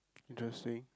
interesting